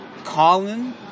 Colin